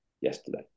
yesterday